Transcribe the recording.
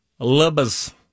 libas